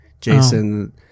jason